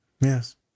Yes